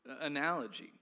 analogy